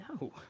No